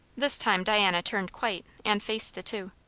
this time diana turned quite, and faced the two.